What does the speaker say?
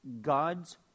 God's